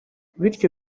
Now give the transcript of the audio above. bityo